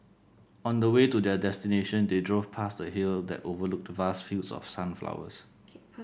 on the way to their destination they drove past a hill that overlooked vast fields of sunflowers